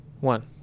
One